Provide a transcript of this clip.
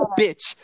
bitch